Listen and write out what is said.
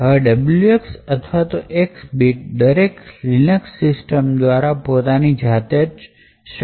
હવે Wx અથવા X દરેક linux સિસ્ટમ દ્વારા પોતાની જાતે જ શરૂ હોય છે